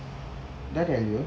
did I tell you